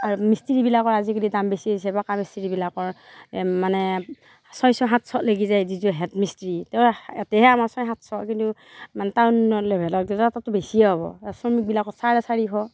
আৰু মিস্ত্ৰীবিলাকৰ আজিকালি দাম বেছি হৈছে পকা মিস্ত্ৰীবিলাকৰ এই মানে ছয়শ সাতশ লাগি যায় যিটো হেড মিস্ত্ৰী তেওঁৰ ইয়াতেহে আমাৰ ছয় সাতশ কিন্তু মানে টাউনৰ লেভেলত বেছিহে হ'ব শ্ৰমিকবিলাকৰ চাৰে চাৰিশ